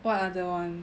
what other one